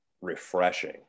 refreshing